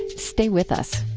stay with us